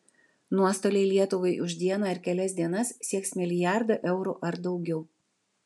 nuostoliai lietuvai už dieną ar kelias dienas sieks milijardą eurų ar daugiau